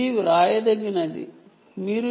ఇది writable memory